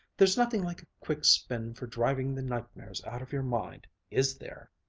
there's nothing like a quick spin for driving the nightmares out of your mind, is there?